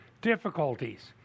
difficulties